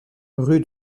rue